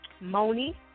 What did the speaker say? Moni